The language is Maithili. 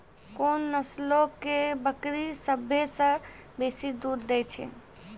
कोन नस्लो के बकरी सभ्भे से बेसी दूध दै छै?